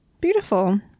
Beautiful